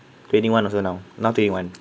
twenty one also now now twenty one